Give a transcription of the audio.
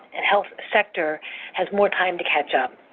and health sector has more time to catch up.